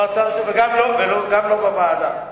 וגם לא בוועדה.